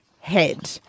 head